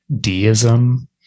deism